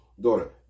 daughter